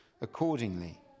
accordingly